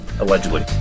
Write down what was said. Allegedly